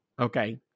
Okay